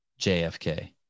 JFK